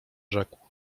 rzekł